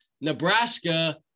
Nebraska